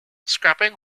scrapping